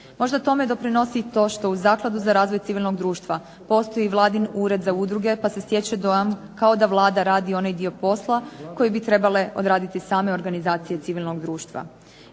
Možda tome doprinosi i to što u Zakladu za razvoj civilnog društva postoji vladin ured za udruge pa se stječe dojam kao da Vlada radi onaj dio posla koji bi trebale odraditi same organizacije civilnog društva.